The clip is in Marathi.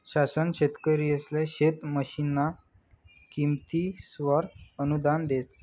शासन शेतकरिसले शेत मशीनना किमतीसवर अनुदान देस